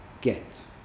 get